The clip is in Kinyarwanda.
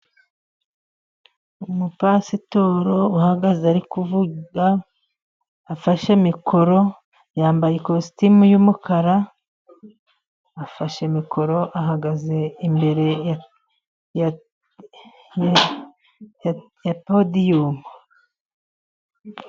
Umupasitoro uhagaze ari kuvuga afashe mikoro. Yambaye ikositimu y'umukara. Afashe mikoro ahagaze imbere ya podiyumu.